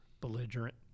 belligerent